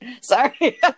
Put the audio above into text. Sorry